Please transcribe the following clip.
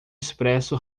expresso